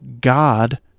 God